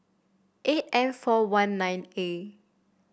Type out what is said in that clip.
eight M four one nine A